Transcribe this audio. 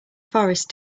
forest